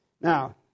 Now